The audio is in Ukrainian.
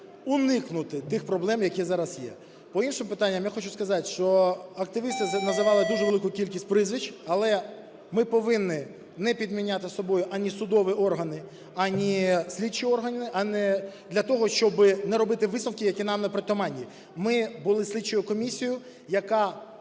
уникнути тих проблем, які зараз є. По іншим питанням я хочу сказати, що активісти називали дуже велику кількість прізвищ, але ми повинні не підміняти собою ані судові органи, ані слідчі органи, для того щоб не робити висновки, які нам непритаманні. Ми були слідчою комісією, яка